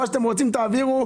מה שאתם רוצים תעבירו.